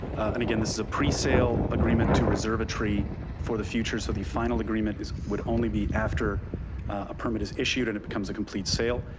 and again, this is a presale agreement to reserve a tree for the future. so the final agreement is, would only be after a permit is issued and it becomes a complete sale.